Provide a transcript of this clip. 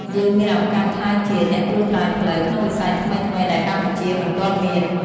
យើងមានឱកាសក្លាយជា "អ្នកត្រួសត្រាយផ្លូវ" ក្នុងវិស័យថ្មីៗដែលកម្ពុជាមិនទាន់មាន។